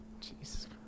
Jesus